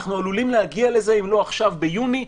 אנחנו עלולים להגיע לזה, אם לא עכשיו אז ביוני.